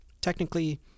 Technically